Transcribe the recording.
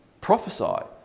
prophesy